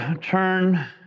turn